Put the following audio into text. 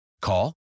Call